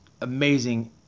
amazing